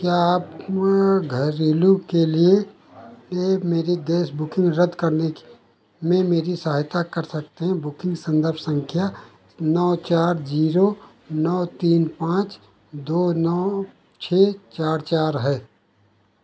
क्या आप घरेलू के लिए ये मेरी गैस बुकिंग रद्द करने में मेरी सहायता कर सकते हैं बुकिंग संदर्भ संख्या नौ चार जीरो नौ तीन पाँच दो नौ छःचार चार है